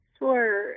Sure